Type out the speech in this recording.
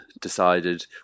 decided